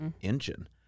engine